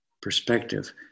perspective